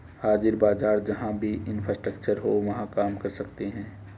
हाजिर बाजार जहां भी इंफ्रास्ट्रक्चर हो वहां काम कर सकते हैं